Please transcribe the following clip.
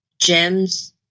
gems